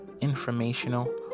informational